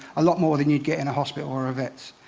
a lot more than you'd get in a hospital or a vet's.